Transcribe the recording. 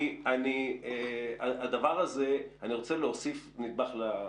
אני רוצה להוסיף נדבך לדיון.